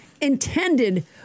intended